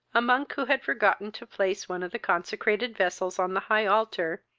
a monk, who had forgotten to place one of the consecrated vessels on the high altar,